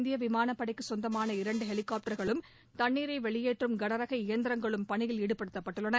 இந்திய விமானப்படைக்கு சொந்தமான இரண்டு ஹெலிகாப்டர்களும் தண்ணீரை வெளியேற்றும் கனரக இயந்திரங்களும் பணியில் ஈடுபடுத்தப்பட்டுள்ளன